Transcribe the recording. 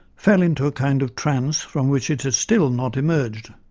fell into a kind of trance from which it has still not emerged,